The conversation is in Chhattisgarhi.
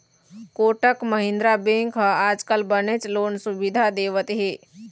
कोटक महिंद्रा बेंक ह आजकाल बनेच लोन सुबिधा देवत हे